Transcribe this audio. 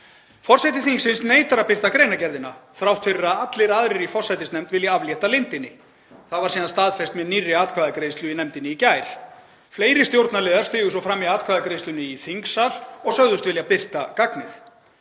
Forseti þingsins neitaði að birta greinargerðina þrátt fyrir að allir aðrir í forsætisnefnd hafi viljað aflétta leyndinni. Það var síðan staðfest með nýrri atkvæðagreiðslu í nefndinni í gær. Fleiri stjórnarliðar stigu svo fram í atkvæðagreiðslunni í þingsal og sögðust vilja birta gagnið.